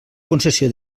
concessió